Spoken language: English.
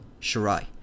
Shirai